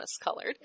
colored